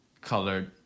colored